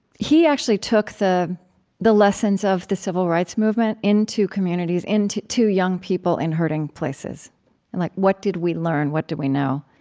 he actually took the the lessons of the civil rights movement into communities, to to young people in hurting places and like what did we learn what did we know?